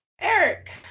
Eric